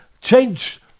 change